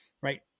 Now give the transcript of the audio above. right